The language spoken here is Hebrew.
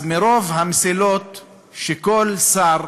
אז מרוב המסילות של כל שר,